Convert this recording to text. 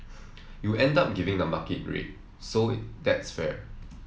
you end up giving the market rate so that's fair